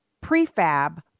prefab